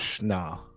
Nah